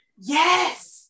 Yes